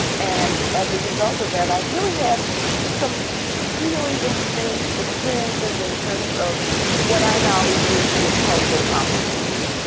and as a result of that, i've really had some really interesting experiences in terms of what i now refer to as cultural competency